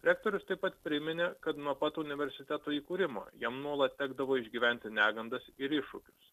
rektorius taip pat priminė kad nuo pat universiteto įkūrimo jam nuolat tekdavo išgyventi negandas ir iššūkius